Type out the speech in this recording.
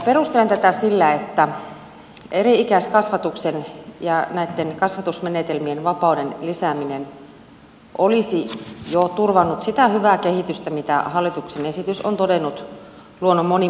perustelen tätä sillä että eri ikäiskasvatuksen ja näitten kasvatusmenetelmien vapauden lisääminen olisi jo turvannut sitä hyvää kehitystä mitä hallituksen esitys on todennut luonnon monimuotoisuudesta